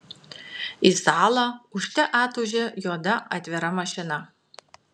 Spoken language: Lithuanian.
į salą ūžte atūžė juoda atvira mašina